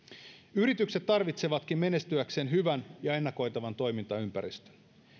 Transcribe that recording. yritykset tarvitsevatkin menestyäkseen hyvän ja ennakoitavan toimintaympäristön